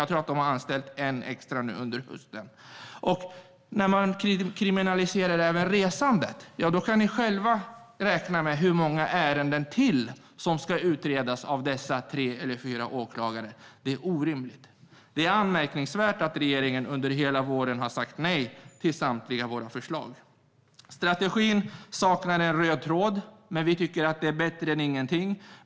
Jag tror att de har anställt en extra nu under hösten. Ni kan själva räkna ut hur många ytterligare ärenden som ska utredas av dessa tre eller fyra åklagare när man även kriminaliserar resandet. Det är orimligt. Det är anmärkningsvärt att regeringen under hela våren har sagt nej till samtliga våra förslag. Strategin saknar en röd tråd, men vi tycker att den är bättre än ingenting.